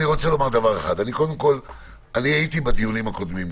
אני הייתי גם בדיונים הקודמים,